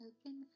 Open